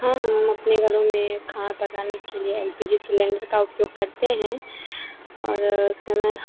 हाँ हम अपने घरों में खाना पकाने के लिए एल पी जी सिलिन्डर का उपयोग करते हैं और समय